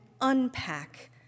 unpack